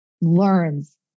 learns